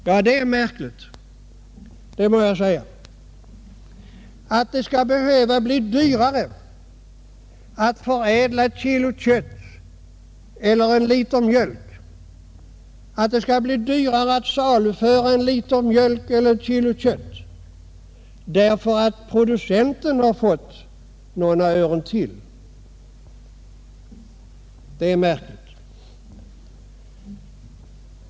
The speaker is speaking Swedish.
Jag mäste säga att det är märkligt att det skall behöva bli dyrare att förädla och saluföra ett kilo kött eller en liter mjölk därför att producenten har fått några öre mer för produkterna.